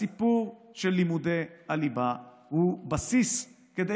הסיפור של לימודי הליבה הוא בסיס כדי